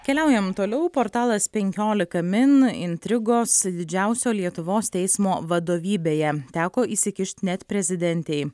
keliaujam toliau portalas penkiolika min intrigos didžiausio lietuvos teismo vadovybėje teko įsikišt net prezidentei